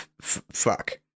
fuck